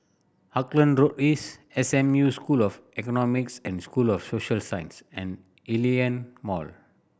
Auckland Road East S M U School of Economics and School of Social Sciences and Hillion Mall